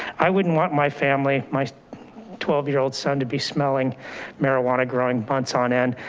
i wouldn't want my family, my twelve year-old son to be smelling marijuana growing buds on end.